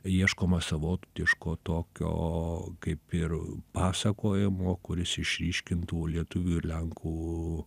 ieškoma savotiško tokio kaip ir pasakojimo kuris išryškintų lietuvių ir lenkų